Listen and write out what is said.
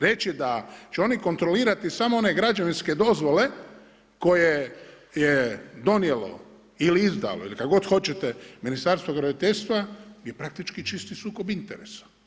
Reći da će oni kontrolirati samo one građevinske dozvole koje je donijelo ili izdalo ili kako god hoćete Ministarstvo graditeljstva je praktički čisti sukob interesa.